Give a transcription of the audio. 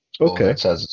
Okay